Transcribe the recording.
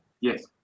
Yes